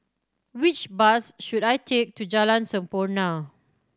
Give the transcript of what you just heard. which bus should I take to Jalan Sampurna